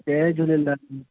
Jay Jhulelal